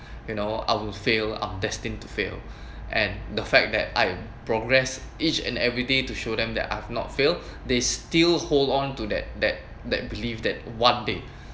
you know I will fail I'm destined to fail and the fact that I'm progress each and every day to show them that I've not failed they still hold on to that that that believe that one day